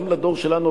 גם לדור שלנו,